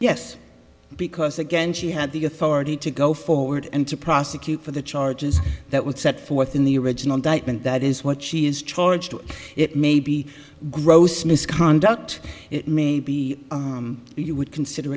yes because again she had the authority to go forward and to prosecute for the charges that would set forth in the original dikembe and that is what she is charged with it may be gross misconduct it may be you would consider